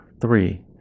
three